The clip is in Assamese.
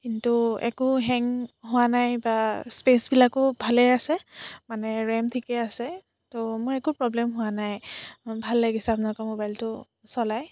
কিন্তু একো হেং হোৱা নাই বা স্পেচবিলাকো ভালে আছে মানে ৰেম ঠিকেই আছে তো মোৰ একো প্ৰব্লেম হোৱা নাই ভাল লাগিছে আপোনালোকৰ ম'বাইলটো চলাই